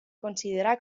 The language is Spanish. considera